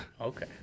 Okay